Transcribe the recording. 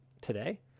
today